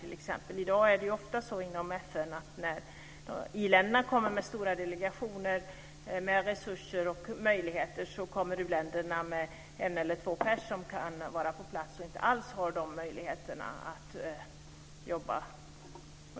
I dag är det ofta så inom FN att då i-länderna kommer med stora delegationer, resurser och möjligheter kommer u-länderna med en eller två personer som kan vara på plats och inte alls har samma möjligheter att jobba.